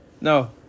No